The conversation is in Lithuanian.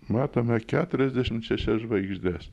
matome keturiasdešim šešias žvaigždes